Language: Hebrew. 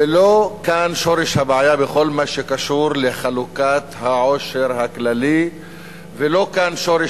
ולא כאן שורש הבעיה בכל מה שקשור לחלוקת העושר הכללי ולא כאן שורש